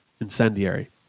Incendiary